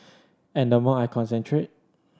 and the more I concentrate